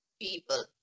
people